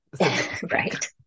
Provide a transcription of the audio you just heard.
Right